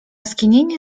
skinienie